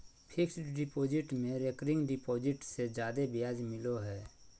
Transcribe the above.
fixed deposit में recurring deposit से जादे ब्याज मिलो हय